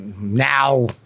Now